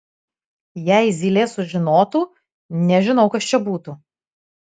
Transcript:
jei zylė sužinotų nežinau kas čia būtų